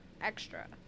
extra